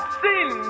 sin